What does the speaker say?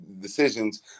decisions